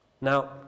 Now